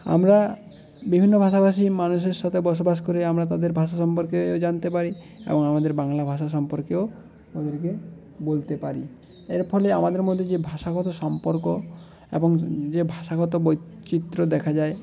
আমরা বিভিন্ন ভাষাভাষি মানুষের সাথে বসবাস করি আমরা তাদের ভাষা সম্পর্কেও জানতে পারি এবং আমাদের বাংলা ভাষা সম্পর্কেও বলতে পারি এর ফলে আমাদের মধ্যে যে ভাষাগত সম্পর্ক এবং যে ভাষাগত বৈচিত্র্য দেখা যায়